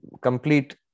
complete